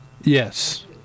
Yes